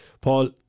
Paul